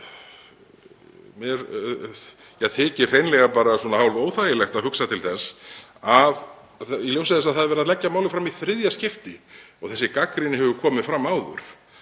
Mér þykir hreinlega hálfóþægilegt að hugsa til þess í ljósi þess að það er verið að leggja málið fram í þriðja skipti og þessi gagnrýni hefur komið fram áður